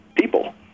people